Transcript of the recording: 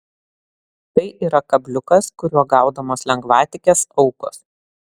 tai yra kabliukas kuriuo gaudomos lengvatikės aukos